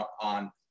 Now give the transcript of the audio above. on